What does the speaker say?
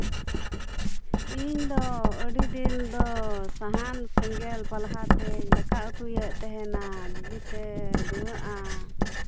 ᱤᱧ ᱫᱚ ᱟᱹᱰᱤ ᱫᱤᱱ ᱫᱚ ᱥᱟᱦᱟᱱ ᱥᱮᱸᱜᱮᱞ ᱯᱟᱞᱦᱟ ᱛᱮ ᱫᱟᱠᱟ ᱩᱛᱩᱭᱮᱫ ᱛᱟᱦᱮᱱᱟ ᱵᱩᱜᱤᱛᱮ ᱫᱷᱩᱶᱟᱹᱜᱼᱟ